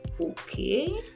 okay